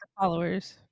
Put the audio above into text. followers